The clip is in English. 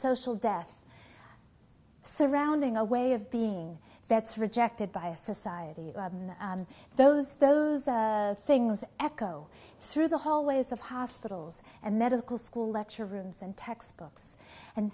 social death surrounding a way of being that's rejected by a society and those those things echo through the hallways of hospitals and medical school lecture rooms and textbooks and